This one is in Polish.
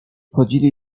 chodzili